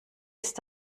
ist